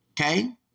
Okay